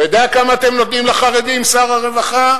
אתה יודע כמה אתם נותנים לחרדים, שר הרווחה?